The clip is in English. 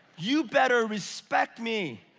you better respect me.